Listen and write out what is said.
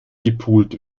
gepult